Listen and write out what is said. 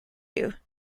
you